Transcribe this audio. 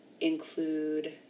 include